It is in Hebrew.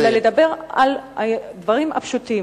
אלא לדבר על הדברים הפשוטים,